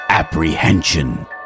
Apprehension